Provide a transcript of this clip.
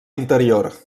interior